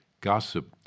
Gossip